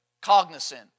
cognizant